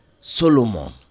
Solomon